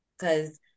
Cause